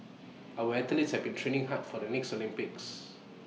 our athletes have been training hard for the next Olympics